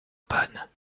panne